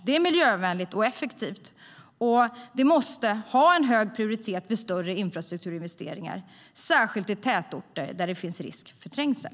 Det är miljövänligt och effektivt, och det måste ha en hög prioritet vid stora infrastrukturinvesteringar, särskilt i tätorter där det finns risk för trängsel.